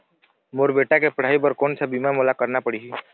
मोर बेटा के पढ़ई बर कोन सा बीमा मोला करना पढ़ही?